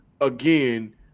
again